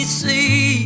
see